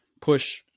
push